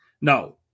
No